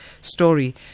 story